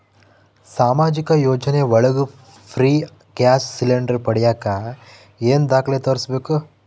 ಸಾಮಾಜಿಕ ಯೋಜನೆ ಒಳಗ ಫ್ರೇ ಗ್ಯಾಸ್ ಸಿಲಿಂಡರ್ ಪಡಿಯಾಕ ಏನು ದಾಖಲೆ ತೋರಿಸ್ಬೇಕು?